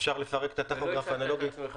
אפשר לפרק את הטכוגרף האנלוגי